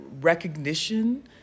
recognition